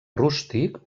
rústic